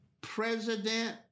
president